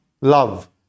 love